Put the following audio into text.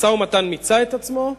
המשא-ומתן מיצה את עצמו,